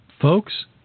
folks